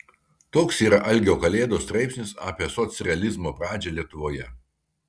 toks yra algio kalėdos straipsnis apie socrealizmo pradžią lietuvoje